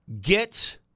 get